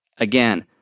Again